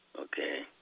okay